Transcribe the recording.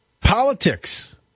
politics